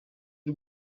y’u